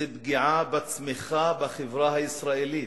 זו פגיעה בצמיחה, בחברה הישראלית.